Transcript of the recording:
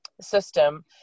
system